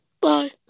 Bye